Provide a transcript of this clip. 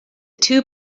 two